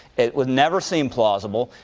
it would never seem plausible.